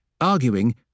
arguing